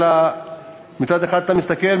מצד אחד אתה מסתכל,